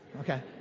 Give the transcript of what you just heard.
Okay